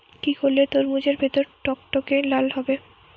কি করলে তরমুজ এর ভেতর টকটকে লাল হবে?